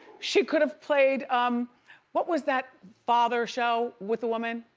she could have played um what was that father show with a woman?